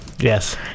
Yes